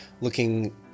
looking